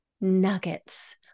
nuggets